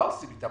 מה עושים איתם?